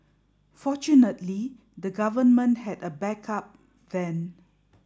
fortunately the government had a back up then